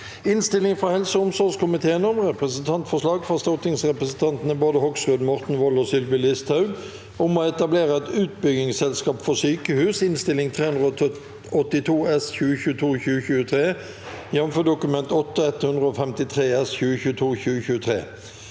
Innstilling fra helse- og omsorgskomiteen om Representantforslag fra stortingsrepresentantene Bård Hoksrud, Morten Wold og Sylvi Listhaug om å etablere et utbyggingsselskap for sykehus (Innst. 382 S (2022– 2023), jf. Dokument 8:153 S